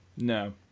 No